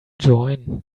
join